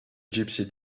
gypsy